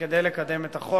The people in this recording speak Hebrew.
כדי לקדם את החוק.